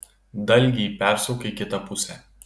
dalgį persuk į kitą pusę